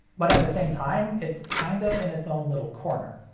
but at the same time it's kinda in its own little corner.